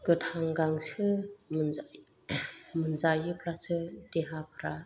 गोथां गांसो मोनजायोब्लासो देहाफ्रा